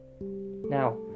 Now